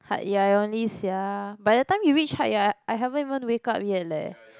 Hat Yai only sia ah by the time you reach Hat-Yai I haven't even wake up yet leh